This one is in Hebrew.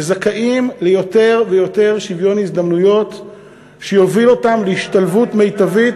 שזכאים ליותר ויותר שוויון הזדמנויות שיוביל אותם להשתלבות מיטבית.